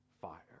fire